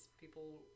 people